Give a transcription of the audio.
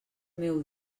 meu